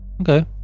Okay